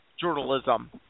journalism